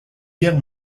guerres